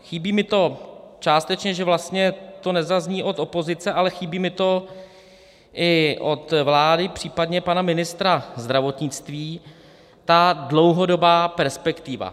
Chybí mi částečně, že to vlastně nezazní od opozice, ale chybí mi to i od vlády, případně pana ministra zdravotnictví, ta dlouhodobá perspektiva.